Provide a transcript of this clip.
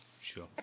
Sure